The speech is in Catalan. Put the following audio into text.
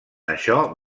això